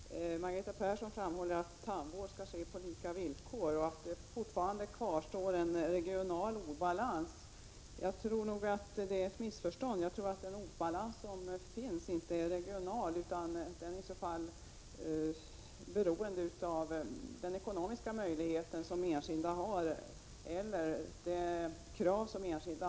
Herr talman! Margareta Persson framhåller att det skall vara en tandvård på lika villkor och att den regionala obalansen kvarstår. Men jag tror att detta är ett missförstånd. Den obalans som finns är inte av regional natur utan beror snarare på den enskildes ekonomiska möjligheter till eller krav på tandvård.